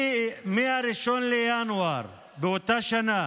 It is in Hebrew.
מ-1 בינואר באותה שנה